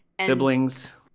Siblings